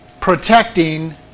protecting